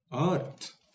Earth